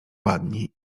ładni